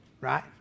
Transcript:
right